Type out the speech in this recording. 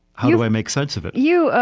how do i make sense of it? you,